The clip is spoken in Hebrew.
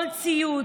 כל ציוץ,